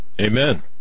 Amen